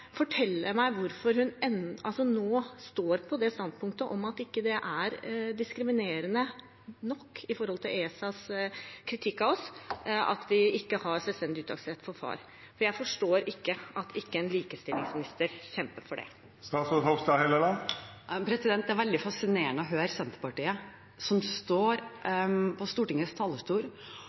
meg hvorfor hun nå står på det standpunktet at det ikke er diskriminerende nok – med tanke på ESAs kritikk av oss – at vi ikke har selvstendig uttaksrett for far. Jeg forstår ikke at ikke en likestillingsminister kjemper for det. Det er veldig fascinerende å høre representanter for Senterpartiet stå på Stortingets talerstol